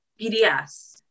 BDS